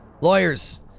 lawyers